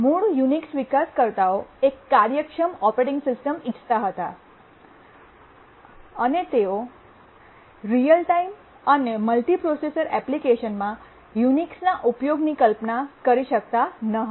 મૂળ યુનિક્સ વિકાસકર્તાઓ એક કાર્યક્ષમ ઓપરેટિંગ સિસ્ટમ ઇચ્છતા હતા અને તેઓ રીયલ ટાઈમ અને મલ્ટિ પ્રોસેસર એપ્લિકેશનમાં યુનિક્સના ઉપયોગની કલ્પના કરી શકતા ન હતા